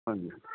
ਹਾਂਜੀ